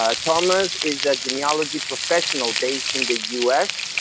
ah thomas is a genealogy professional based in the us.